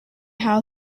how